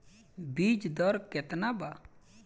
बीज दर केतना बा?